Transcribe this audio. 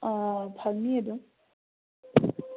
ꯐꯪꯅꯤ ꯑꯗꯨꯝ